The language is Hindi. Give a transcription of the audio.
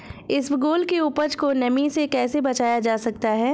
इसबगोल की उपज को नमी से कैसे बचाया जा सकता है?